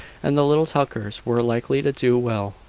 and the little tuckers were likely to do well.